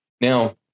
Now